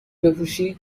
بپوشی